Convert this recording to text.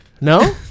No